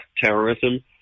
terrorism